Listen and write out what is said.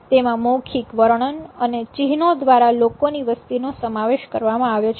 તેમાં મૌખિક વર્ણન અને ચિહ્નો દ્વારા લોકોની વસ્તી નો સમાવેશ કરવામાં આવ્યો છે